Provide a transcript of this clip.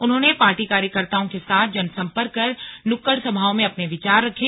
उन्होंने पार्टी कार्यकर्ताओं के साथ जनसंपर्क कर नुक्कड़ सभाओं में अपने विचार रखे